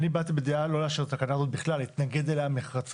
אני בדעה לא לאשר את התקנה הזאת בכלל ולהתנגד לה נחרצות.